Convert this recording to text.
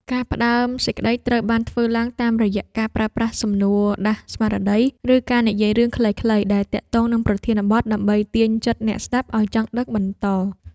ការផ្ដើមសេចក្ដីត្រូវបានធ្វើឡើងតាមរយៈការប្រើប្រាស់សំនួរដាស់ស្មារតី ឬការនិយាយរឿងខ្លីៗដែលទាក់ទងនឹងប្រធានបទ ដើម្បីទាញចិត្តអ្នកស្ដាប់ឱ្យចង់ដឹងបន្ត។